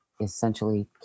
essentially